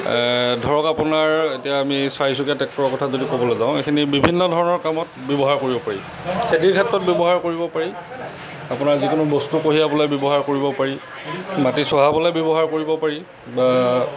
ধৰক আপোনাৰ এতিয়া আমি চাৰিচকীয়া টেক্টৰৰ কথা যদি ক'বলৈ যাওঁ এইখিনি বিভিন্ন ধৰণৰ কামত ব্যৱহাৰ কৰিব পাৰি খেতিৰ ক্ষেত্ৰত ব্যৱহাৰ কৰিব পাৰি আপোনাৰ যিকোনো বস্তু কঢ়িয়াবলৈ ব্যৱহাৰ কৰিব পাৰি মাটি চহাবলৈ ব্যৱহাৰ কৰিব পাৰি